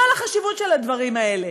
לא על החשיבות של הדברים האלה,